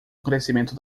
crescimento